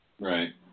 Right